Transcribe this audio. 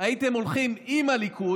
הייתם הולכים עם הליכוד,